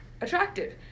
attractive